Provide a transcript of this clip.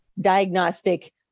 diagnostic